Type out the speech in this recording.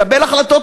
לקבל החלטות,